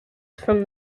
from